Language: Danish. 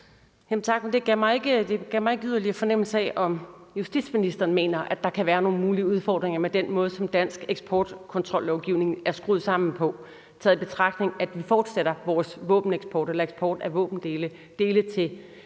Tak, men det gav mig ikke yderligere fornemmelse af, om justitsministeren mener, at der kan være nogen mulige udfordringer med den måde, som dansk eksportkontrollovgivning er skruet sammen på, taget i betragtning at vi fortsætter vores eksport af våbendele til